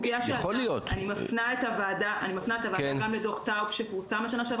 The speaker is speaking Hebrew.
אנחנו רואים בדוח שפורסם לקראת היום